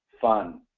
fun